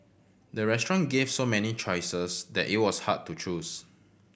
the restaurant gave so many choices that it was hard to choose